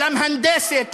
למהנדסת,